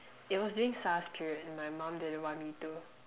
it was during Sars period and my mom didn't want me to